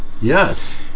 Yes